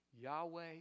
Yahweh